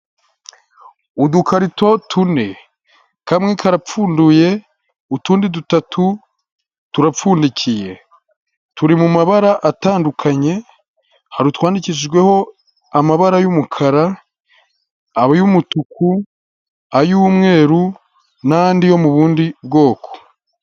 Udukarito tune, kamwe karapfunduye, utundi dutatu turapfundikiye, turi mu mabara atandukanye, hari utwandikijweho amabara y'umukara, ay'umutuku, ay'umweru, n'andi yo mu bundi bwoko.